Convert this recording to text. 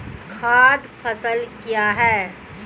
खाद्य फसल क्या है?